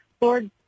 Lord